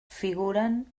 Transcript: figuren